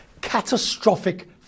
catastrophic